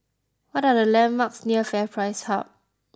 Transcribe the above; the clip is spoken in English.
what are the landmarks near FairPrice Hub